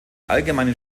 allgemeinen